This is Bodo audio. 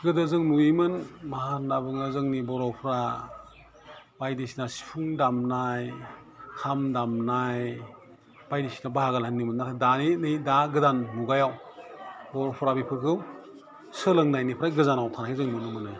गोदो जों नुयोमोन मा होन्ना बुङो जोंनि बर'फ्रा बायदिसिना सिफुं दामनाय खाम दामनाय बायदिसिना बाहागो दानि नै दा गोदान मुगायाव बर'फ्रा बेफोरखौ सोलोंनायनिफ्राय गोजानाव थानाय जों नुनो मोनो